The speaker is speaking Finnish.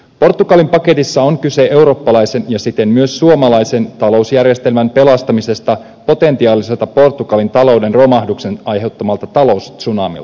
portugali paketissa on kyse eurooppalaisen ja siten myös suomalaisen talousjärjestelmän pelastamisesta potentiaaliselta portugalin talouden romahduksen aiheuttamalta taloustsunamilta